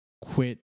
quit